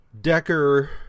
Decker